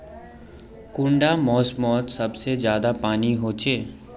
कुंडा मोसमोत सबसे ज्यादा पानी होचे?